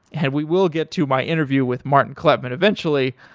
and we will get to my interview with martin kleppmann eventually,